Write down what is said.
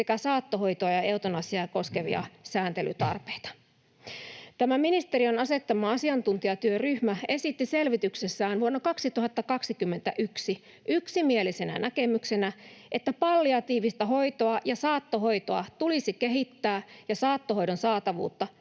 sekä saattohoitoa ja eutanasiaa koskevia sääntelytarpeita. Tämä ministeriön asettama asiantuntijatyöryhmä esitti selvityksessään vuonna 2021 yksimielisenä näkemyksenä, että palliatiivista hoitoa ja saattohoitoa tulisi kehittää ja saattohoidon saatavuutta